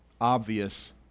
obvious